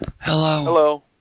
Hello